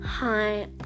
hi